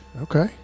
okay